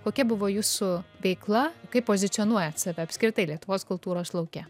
kokia buvo jūsų veikla kaip pozicionuojat save apskritai lietuvos kultūros lauke